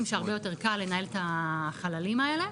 שהרבה יותר קל לנהל את החללים האלה.